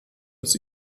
des